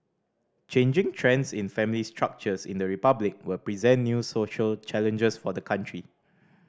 changing trends in family structures in the Republic will present new social challenges for the country